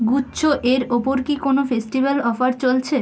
গুচ্ছ এর ওপর কি কোনো ফেস্টিভ্যাল অফার চলছে